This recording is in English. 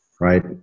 right